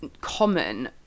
common